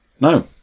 No